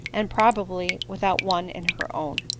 and probably without one in her own.